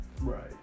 Right